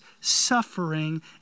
suffering